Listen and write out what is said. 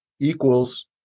equals